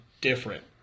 different